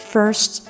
First